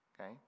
okay